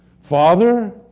Father